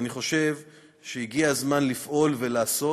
אני חושב שהגיע הזמן לפעול ולעשות,